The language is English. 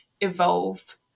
evolve